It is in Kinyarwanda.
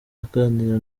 aganira